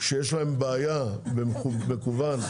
שיש להם בעיה במקוון,